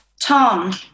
Tom